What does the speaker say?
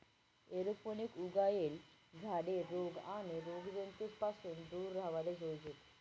aeroponic उगायेल झाडे रोग आणि रोगजंतूस पासून दूर राव्हाले जोयजेत